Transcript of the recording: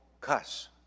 cuss